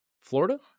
Florida